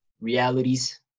realities